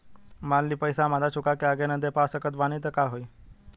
मान ली पईसा हम आधा चुका के आगे न दे पा सकत बानी त का होई?